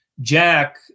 Jack